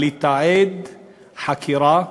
על לתעד חקירה,